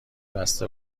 بسته